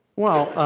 well,